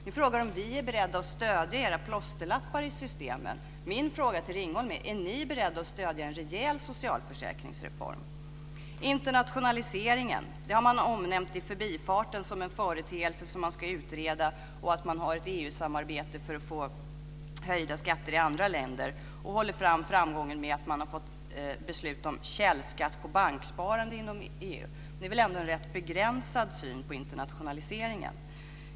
Ni frågar om vi är beredda att stödja era plåsterlappar i systemen. Min fråga till Ringholm är: Är ni beredda att stödja en rejäl socialförsäkringsreform? Internationaliseringen nämns i förbifarten som en företeelse som ska utredas. Dessutom nämns att man har ett EU-samarbete för att få höjda skatter i andra länder. Man håller fram framgången med att ha fått beslut om källskatt på banksparande inom EU. Men det är väl ändå en rätt begränsad syn på internationaliseringen.